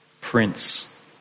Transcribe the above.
prince